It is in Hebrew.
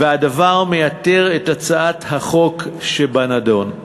והדבר מייתר את הצעת החוק שבנדון.